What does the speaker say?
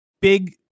big